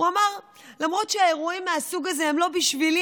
למרות שהאירועים מהסוג הזה הם לא בשבילי,